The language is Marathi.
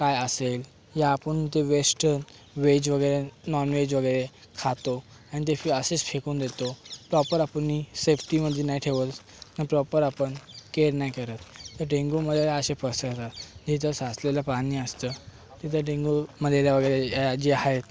काय असेल या आपण ते वेस्ट वेज वगैरे नॉनवेज वगैरे खातो अन् ते फे असेच फेकून देतो प्रॉपर आपणनी सेफ्टीमध्ये नाही ठेवत प्रॉपर आपण केअर नाही करत तर डेंगू मलेरिया असे पसरतात हे जे साचलेलं पाणी असतं ते त्या डेंगू मलेरिया वगैरे जे आहेत